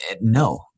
No